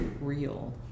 real